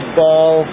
ball